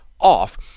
off